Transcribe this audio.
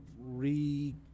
re